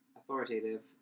authoritative